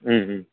మ్మ్ మ్మ్